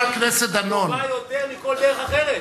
טובה יותר מכל דרך אחרת.